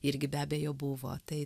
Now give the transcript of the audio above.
irgi be abejo buvo tai